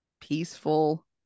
peaceful